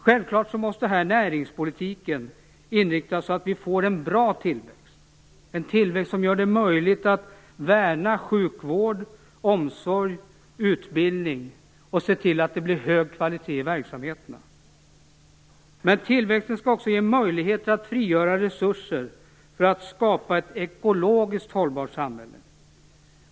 Självklart måste näringspolitiken inriktas så att vi får en bra tillväxt som gör det möjligt att värna sjukvård, omsorg och utbildning och så att vi får en bra kvalitet i verksamheterna. Tillväxten skall också ge möjlighet att frigöra resurser för att skapa ett ekologiskt hållbart samhälle.